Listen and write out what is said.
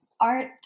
art